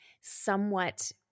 somewhat